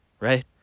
Right